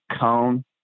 cone